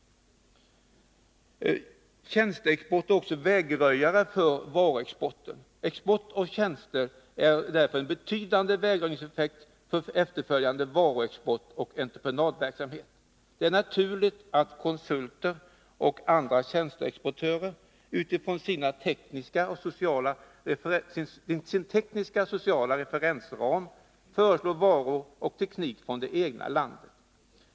Tjänsteexport är också vägröjare för varuexport. Export av tjänster har därför en betydande vägröjareffekt för efterföljande varuexport och entreprenadverksamhet. Det är naturligt att konsulter och andra tjänsteexportörer utifrån sin tekniska och sociala referensram föreslår varor och teknik från det egna landet.